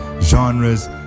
genres